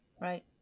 right